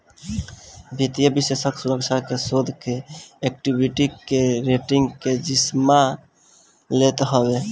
वित्तीय विषेशज्ञ सुरक्षा के, शोध के, एक्वीटी के, रेटींग के जिम्मा लेत हवे